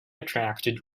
attracted